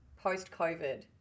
post-COVID